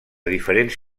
diferents